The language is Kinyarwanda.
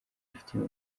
ifitiye